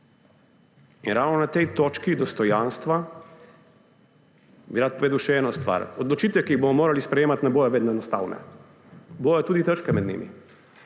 Ravno na točki dostojanstva bi rad povedal še eno stvar. Odločitve, ki jih bomo morali sprejemati, ne bodo vedno enostavne. Bodo tudi težke med njimi.